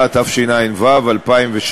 התפיסה שתרומה של מדינות או גורמים בין-מדינתיים כמו